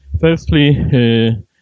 Firstly